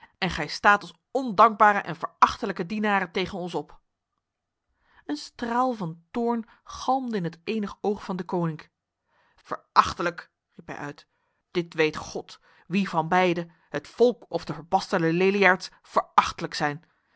en gij staat als ondankbare en verachtelijke dienaren tegen ons op een straal van toorn galmde in het enig oog van deconinck verachtlijk viel hij uit dit weet god wie van beide het volk of de verbasterde leliaards verachtlijk zijn